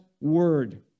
word